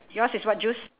yours is what juice